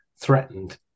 threatened